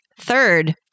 Third